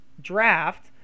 draft